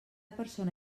persona